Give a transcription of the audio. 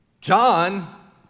John